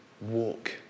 walk